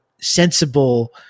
sensible